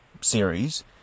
series